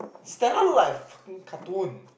Stella look like a fucking cartoon